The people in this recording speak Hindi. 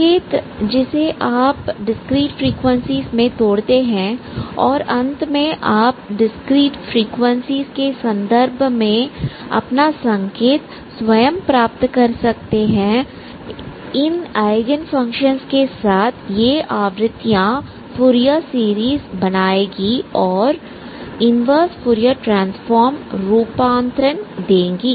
संकेत जिसे आप डिस्क्रीट फ्रीक्वेंसी में तोड़ते हैं और अंत में आप इस डिस्क्रीट फ्रिकवेंसीज के संदर्भ में अपना संकेत स्वयं प्राप्त कर सकते हैं इन एगेन फंक्शंस के साथ ये आवृत्तियां फूरियर सीरीज़ बनाएगी और इन्वर्स फूरियर ट्रांसफॉर्म रूपांतरण देगी